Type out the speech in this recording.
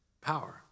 power